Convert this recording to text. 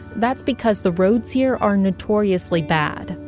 that's because the roads here are notoriously bad.